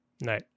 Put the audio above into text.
no